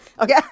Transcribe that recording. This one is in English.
Okay